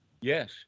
yes